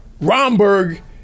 Romberg